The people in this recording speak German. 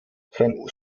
sein